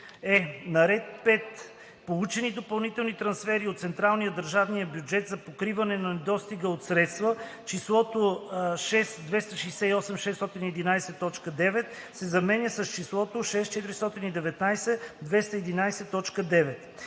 е) На ред „5. Получени допълнителни трансфери от централния/държавния бюджет за покриване на недостига от средства“ числото „6 268 611,9“ се заменя с числото „6 419 211,9“.